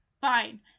Fine